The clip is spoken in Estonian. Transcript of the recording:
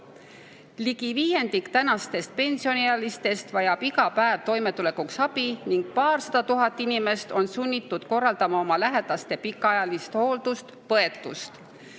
Ligi viiendik tänastest pensioniealistest vajab iga päev toimetulekuks abi ning paarsada tuhat inimest on sunnitud korraldama oma lähedaste pikaajalist hooldust ja põetust.